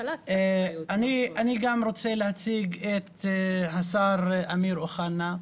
אני גם רוצה להציג את השר אמיר אוחנה.